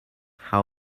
how